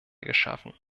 geschaffen